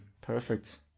perfect